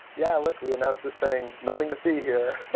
yeah. look, we announced this thing. nothing to see here.